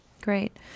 great